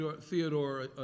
Theodore